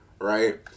right